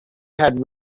had